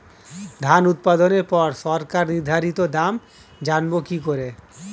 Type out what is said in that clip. ধান উৎপাদনে পর সরকার নির্ধারিত দাম জানবো কি করে?